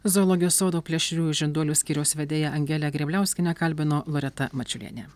zoologijos sodo plėšriųjų žinduolių skyriaus vedėją angelę grėbliauskienę kalbino loreta mačiulienė